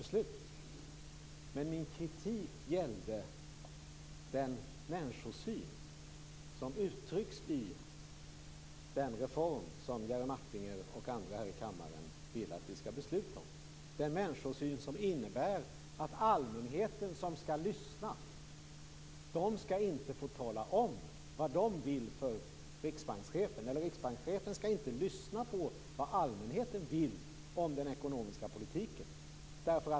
Men min kritik gällde den människosyn som uttrycks i den reform som Jerry Martinger och andra här i kammaren vill att vi skall besluta om. Den människosynen innebär att allmänheten som skall lyssna inte skall få tala om vad de vill för riksbankschefen. Riksbankschefen skall inte lyssna på vad allmänheten vill om den ekonomiska politiken.